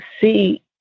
see